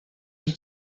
you